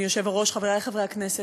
חברי חברי הכנסת,